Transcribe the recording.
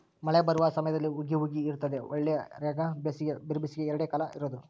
ಮಳೆ ಬರುವ ಸಮಯದಲ್ಲಿ ಹುಗಿ ಹುಗಿ ಇರುತ್ತದೆ ಬಳ್ಳಾರ್ಯಾಗ ಬೇಸಿಗೆ ಬಿರುಬೇಸಿಗೆ ಎರಡೇ ಕಾಲ ಇರೋದು